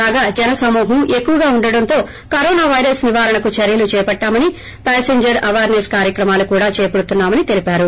కాగా జనసమూహం ఎక్కువగా ఉండటంతో కరోనా పైరస్ నివారణకు చర్యలు చేపట్లామని పాసింజర్ అవేర్పెస్ కార్యక్రమాలు కూడా చేపడుతున్నామని తెలిపారు